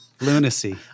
Lunacy